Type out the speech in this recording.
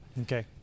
Okay